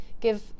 give